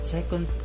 Second